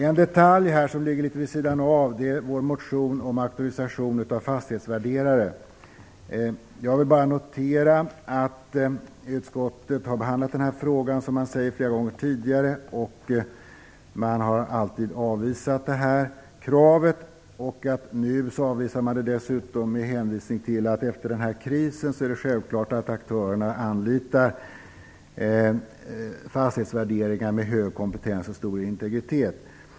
En detalj som ligger litet vid sidan av det här, är vår motion om auktorisation av fastighetsvärderare. Jag vill bara notera att utskottet har behandlat den här frågan flera gånger tidigare, och att man alltid har avvisat det här kravet. Nu avvisar man det dessutom med hänvisning till att det efter fastighetskrisen är självklart att aktörerna anlitar fastighetsvärderare med hög kompetens och stor integritet.